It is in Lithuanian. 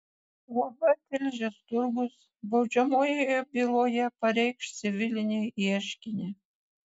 uab tilžės turgus baudžiamojoje byloje pareikš civilinį ieškinį